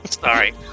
Sorry